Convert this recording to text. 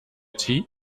tea